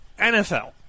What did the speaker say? NFL